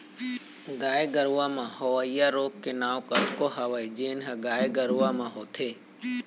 गाय गरूवा म होवइया रोग के नांव कतको हवय जेन ह गाय गरुवा म होथे